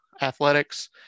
athletics